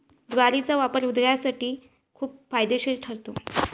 ज्वारीचा वापर हृदयासाठी खूप फायदेशीर ठरतो